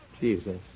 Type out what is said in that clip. Jesus